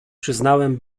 przyznałem